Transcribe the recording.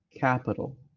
capital